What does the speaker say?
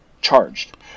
charged